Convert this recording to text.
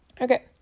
Okay